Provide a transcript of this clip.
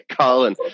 Colin